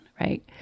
Right